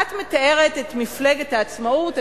את מתארת את מפלגת העצמאות,